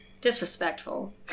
disrespectful